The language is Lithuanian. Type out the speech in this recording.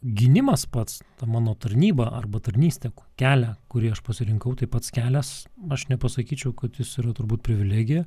gynimas pats ta mano tarnyba arba tarnystė kelią kurį aš pasirinkau tai pats kelias aš nepasakyčiau kad jis yra turbūt privilegija